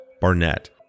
Barnett